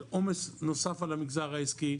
של עומס נוסף על המגזר העסקי,